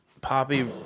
Poppy